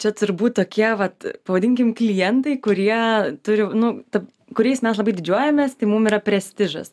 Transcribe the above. čia turbūt tokie vat pavadinkim klientai kurie turi nu ta kuriais mes labai didžiuojamės tai mum yra prestižas